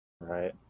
Right